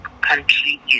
country